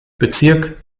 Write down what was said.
bezirk